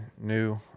new